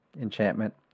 enchantment